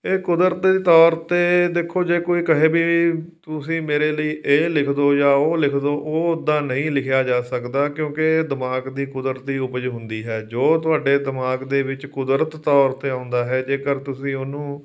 ਇਹ ਕੁਦਰਤੀ ਤੌਰ 'ਤੇ ਦੇਖੋ ਜੇ ਕੋਈ ਕਹੇ ਵੀ ਤੁਸੀਂ ਮੇਰੇ ਲਈ ਇਹ ਲਿਖ ਦਿਓ ਜਾਂ ਉਹ ਲਿਖ ਦਿਓ ਉਹ ਉਦਾਂ ਨਹੀਂ ਲਿਖਿਆ ਜਾ ਸਕਦਾ ਕਿਉਂਕਿ ਦਿਮਾਗ ਦੀ ਕੁਦਰਤੀ ਉਪਜ ਹੁੰਦੀ ਹੈ ਜੋ ਤੁਹਾਡੇ ਦਿਮਾਗ ਦੇ ਵਿੱਚ ਕੁਦਰਤ ਤੌਰ 'ਤੇ ਆਉਂਦਾ ਹੈ ਜੇਕਰ ਤੁਸੀਂ ਉਹਨੂੰ